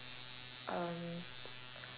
um